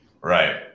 Right